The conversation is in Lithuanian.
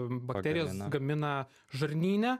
bakterijos gamina žarnyne